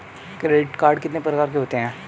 Credit card कितने प्रकार के होते हैं?